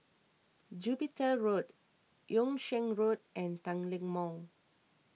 Jupiter Road Yung Sheng Road and Tanglin Mall